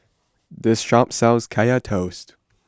this shop sells Kaya Toast